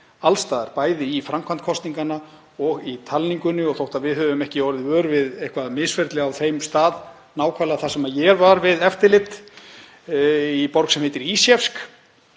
alls staðar, bæði í framkvæmd kosninganna og í talningunni. Þótt við hefðum ekki orðið vör við eitthvert misferli á þeim stað nákvæmlega þar sem ég var við eftirlit, í borg sem heitir Izhevsk,